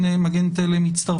חברת הכנסת שרון רופא אופיר הצטרפה.